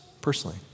personally